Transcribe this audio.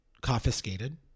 Confiscated